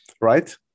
right